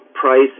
price